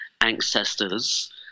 ancestors